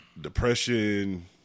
depression